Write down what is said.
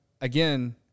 again